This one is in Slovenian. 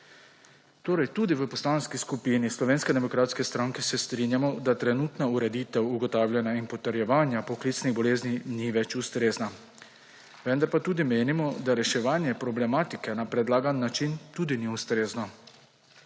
bolezni. Tudi v Poslanski skupini Slovenske demokratske stranke se strinjamo, da trenutna ureditev ugotavljanja in potrjevanja poklicnih bolezni ni več ustrezna. Vendar pa tudi menimo, da reševanje problematike na predlagani način ni ustrezno.